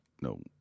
no